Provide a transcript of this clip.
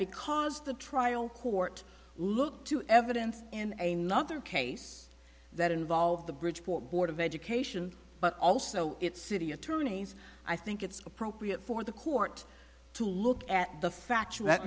because the trial court looked to evidence in a nother case that involved the bridgeport board of education but also its city attorneys i think it's appropriate for the court to look at the factual that